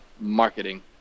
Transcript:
marketing